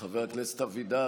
חבר הכנסת אבידר,